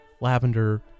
lavender